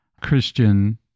Christian